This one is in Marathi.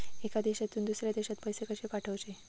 एका देशातून दुसऱ्या देशात पैसे कशे पाठवचे?